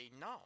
no